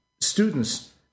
students